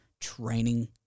training